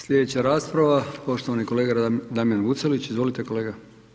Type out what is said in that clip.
Sljedeća rasprava poštovani kolega Damjan Vucelić, izvolite kolega.